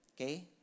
okay